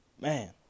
man